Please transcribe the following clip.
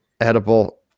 edible